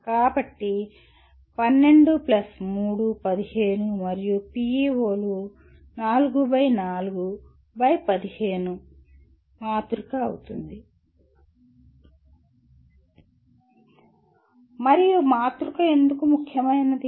కాబట్టి 12 3 15 మరియు PEO 4 ఇది 4 బై 15 మాతృక అవుతుంది మరియు మాతృక ఎందుకు ముఖ్యమైనది